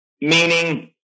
meaning